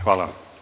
Hvala.